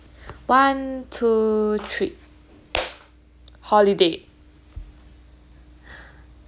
one two three holiday